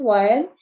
one